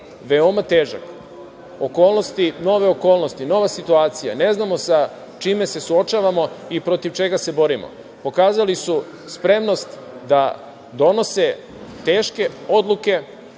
veoma težak. Okolnosti, nove okolnosti, nova situacija, ne znamo sa čime su suočavamo i protiv čega se borimo pokazali su spremnost da donose teške odluke